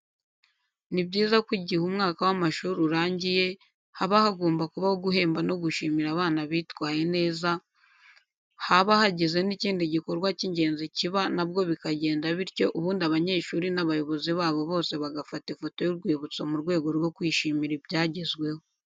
Ni byiza ko igihe umwaka w'amashuri urangiye haba hagomba kubaho guhemba no gushimira abana bitwaye neza, haba hagize n'ikindi gikorwa cy'ingenzi kiba na bwo bikagenda bityo ubundi abanyeshuri n'abayobozi babo bose bagafata ifoto y'urwibutso mu rwego rwo kwishimira ibyagezweho.